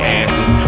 asses